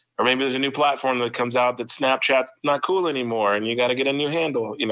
or maybe there's a new platform that comes out that snapchat's not cool anymore and you got to get a new handle. you know